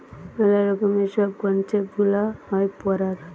মেলা রকমের সব কনসেপ্ট গুলা হয় পড়ার